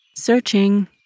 searching